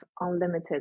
unlimited